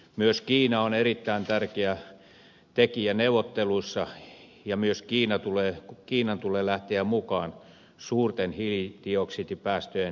myös kiina on erittäin tärkeä tekijä neuvotteluissa ja myös kiinan tulee lähteä mukaan suurten hiilidioksidipäästöjen leikkaamiseen